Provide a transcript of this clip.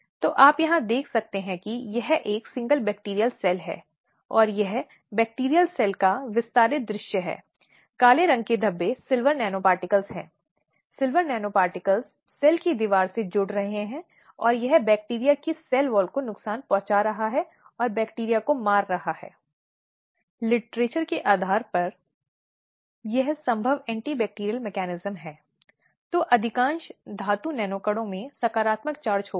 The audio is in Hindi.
राज्य का दायित्व है कि वह जीवित बचे लोगों को उचित सेवाएं उपलब्ध कराए और सुरक्षा सुनिश्चित करने के लिए उचित उपाय किए जाएं और उनकी निजता के साथ कोई मन माना या गैरकानूनी हस्तक्षेप न हो